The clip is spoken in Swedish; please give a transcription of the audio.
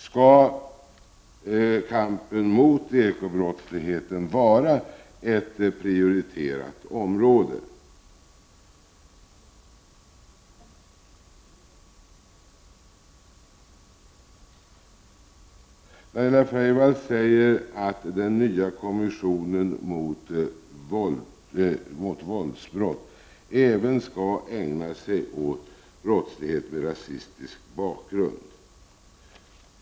Skall kampen mot ekobrottsligheten vara ett prioriterat område? Laila Freivalds säger att den nya kommissionen mot våldsbrott även skall ägna sig åt brottslighet med rasistisk bakgrund.